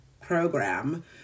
Program